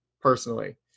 personally